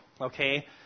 Okay